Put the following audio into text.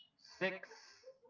six